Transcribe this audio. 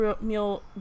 meal